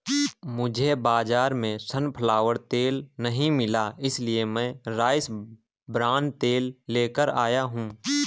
मुझे बाजार में सनफ्लावर तेल नहीं मिला इसलिए मैं राइस ब्रान तेल लेकर आया हूं